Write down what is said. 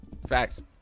Facts